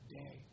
day